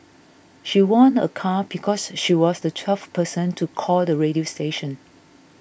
she won a car because she was the twelfth person to call the radio station